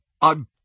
I'm